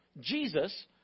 Jesus